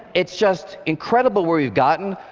it's just incredible where we've gotten,